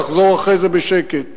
לחזור אחרי זה בשקט.